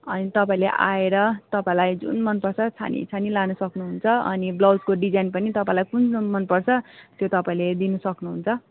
अनि तपाईँले आएर तपाईँलाई जुन मनपर्छ छानीछानी लान सक्नुहुन्छ अनि ब्लाउजको डिजाइन पनि तपाईँलाई कुन रुम मनपर्छ त्यो तपाईँले दिन सक्नुहुन्छ